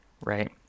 right